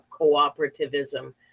cooperativism